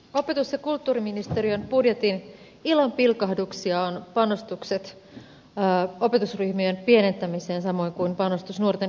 opetus ja kulttuuriministeriön budjetin ilonpilkahduksia ovat panostukset opetusryhmien pienentämiseen samoin kuin panostus nuorten yhteiskuntatakuun toteuttamiseen